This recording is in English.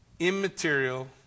immaterial